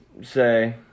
say